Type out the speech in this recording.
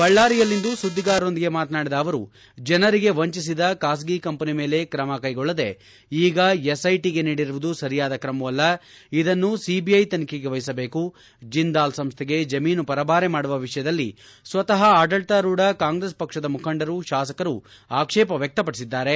ಬಳ್ಳಾರಿಯಲ್ಲಿಂದು ಸುದ್ದಿಗಾರರೊಂದಿಗೆ ಮಾತನಾಡಿದ ಅವರು ಜನರಿಗೆ ವಂಚಿಸಿದ ಖಾಸಗಿ ಕಂಪನಿ ಮೇಲೆ ತ್ರಮ ತೆಗೆದುಕೊಳ್ಳದೆ ಈಗ ಎಸ್ಐಟಿಗೆ ನೀಡಿರುವುದು ಸರಿಯಾದ ಕ್ರಮವಲ್ಲ ಇದನ್ನು ಸಿಬಿಐ ತನಿಖೆಗೆ ವಹಿಸಬೇಕು ಜಿಂದಾಲ್ ಸಂಸ್ಟೆಗೆ ಜಮೀನು ಪರಭಾರೆ ಮಾಡುವ ವಿಷಯದಲ್ಲಿ ಸ್ವತಃ ಆಡಳಿತಾರೂಡ ಕಾಂಗ್ರೆಸ್ ಪಕ್ಷದ ಮುಖಂಡರು ಶಾಸಕರು ಆಕ್ಷೇಪ ವ್ಯಕ್ತಪಡಿಬಿದ್ದಾರೆ